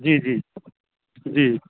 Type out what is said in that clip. जी जी जी